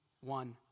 one